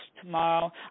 tomorrow